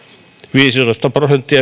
viisitoista prosenttia